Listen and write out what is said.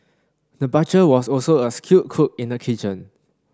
the butcher was also a skilled cook in the kitchen